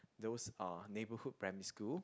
those uh neighbourhood primary school